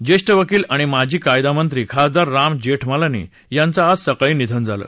ज्येष्ठ वकील आणि माजी कायदामंत्री खासदार राम जेठमलानी यांचं आज सकाळी निधन झालं